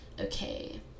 okay